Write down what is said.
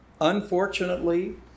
unfortunately